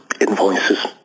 invoices